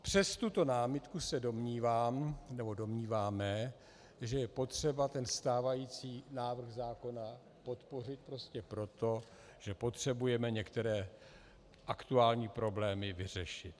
Přes tuto námitku se domníváme, že je potřeba stávající návrh zákona podpořit prostě proto, že potřebujeme některé aktuální problémy vyřešit.